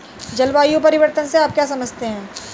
जलवायु परिवर्तन से आप क्या समझते हैं?